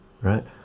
right